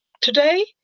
Today